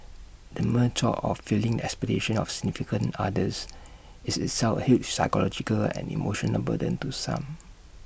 the mere thought of failing expectations of significant others is itself A huge psychological and emotional burden to some